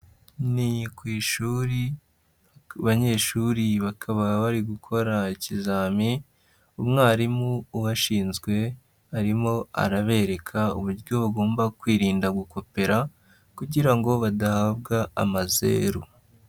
Ni ku ishuri abanyeshuri bakaba bari gukora ikizami, umwarimu ubashinzwe arimo arabereka uburyo bagomba kwirinda gukopera, kugira ngo badahabwa amazeru.